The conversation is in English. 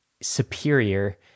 superior